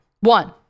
One